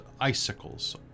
icicles